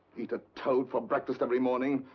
eat a toad for breakfast every morning.